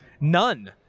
None